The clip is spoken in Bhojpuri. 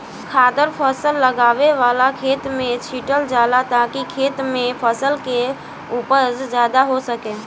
खादर फसल लगावे वाला खेत में छीटल जाला ताकि खेत में फसल के उपज ज्यादा हो सके